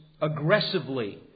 aggressively